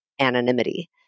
anonymity